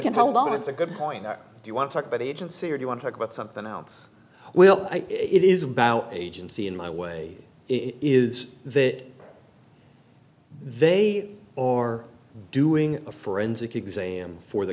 can hold on it's a good point that you want to talk about agency or you want to talk about something else well it is about agency in my way it is that they or doing a forensic exam for the